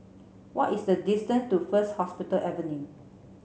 what is the distance to First Hospital Avenue